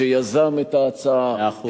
שיזם את ההצעה, מאה אחוז.